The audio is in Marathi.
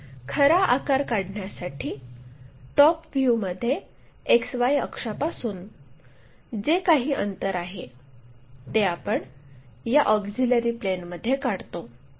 मग खरा आकार काढण्यासाठी टॉप व्ह्यूमध्ये XY अक्षापासून जे काही अंतर आहे ते आपण या ऑक्झिलिअरी प्लेनमध्ये काढतो